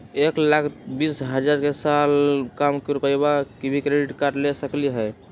एक लाख बीस हजार के साल कम रुपयावाला भी क्रेडिट कार्ड ले सकली ह?